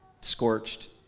scorched